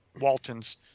Walton's